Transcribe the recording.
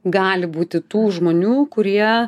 gali būti tų žmonių kurie